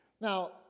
Now